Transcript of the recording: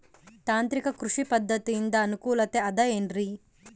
ತಾಂತ್ರಿಕ ಕೃಷಿ ಪದ್ಧತಿಯಿಂದ ಅನುಕೂಲತೆ ಅದ ಏನ್ರಿ?